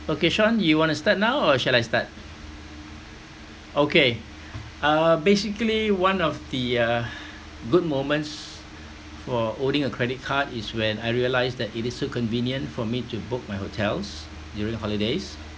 okay sean you want to start now or shall I start okay uh basically one of the uh good moments for owning a credit card is when I realise that it is so convenient for me to book my hotels during holidays